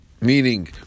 Meaning